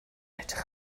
edrych